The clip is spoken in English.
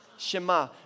Shema